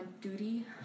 duty